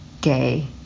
gay